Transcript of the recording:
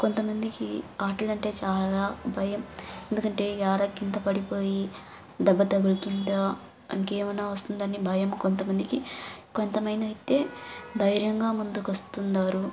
కొంతమందికి ఆటలు అంటే చాలా భయం ఎందుకంటే యాడ కిందపడిపోయి దెబ్బ తగులుతుందా ఇంకేమన్న వస్తుందని భయం కొంతమందికి కొంతమంది అయితే ధైర్యంగా ముందుకు వస్తున్నారు